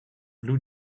blue